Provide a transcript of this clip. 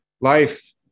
Life